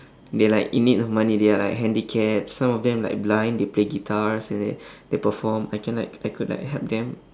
they're like in need of money they are like handicapped some of them like blind they play guitars and they they perform I can like I could like help them